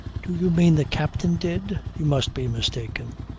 do you mean the captain did? you must be mistaken.